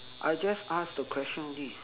I just ask the question only